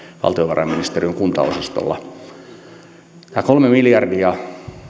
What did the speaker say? valtiovarainministeriön kuntaosastolla tämä kolme miljardia